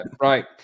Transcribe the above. Right